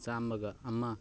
ꯆꯥꯝꯃꯒ ꯑꯃ